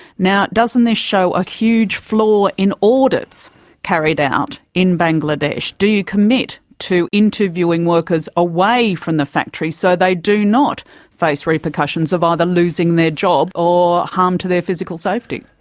doesn't this show a huge flaw in audits carried out in bangladesh? do you commit to interviewing workers away from the factory so they do not face repercussions of either losing their job or harm to their physical safety?